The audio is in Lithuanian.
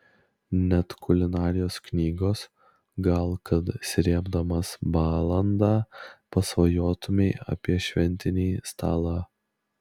net kulinarijos knygos gal kad srėbdamas balandą pasvajotumei apie šventinį stalą